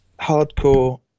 Hardcore